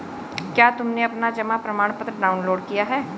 क्या तुमने अपना जमा प्रमाणपत्र डाउनलोड किया है?